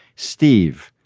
steve,